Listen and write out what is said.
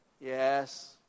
Yes